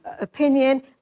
opinion